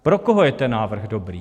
Pro koho je ten návrh dobrý?